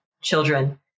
children